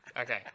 Okay